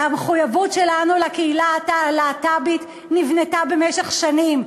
המחויבות שלנו לקהילה הלהט"בית נבנתה במשך שנים,